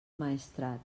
maestrat